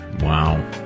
Wow